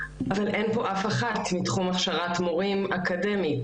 פשוט אין פה אף אחת מתחום הכשרת מורים אקדמית.